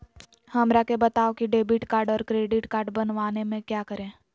हमरा के बताओ की डेबिट कार्ड और क्रेडिट कार्ड बनवाने में क्या करें?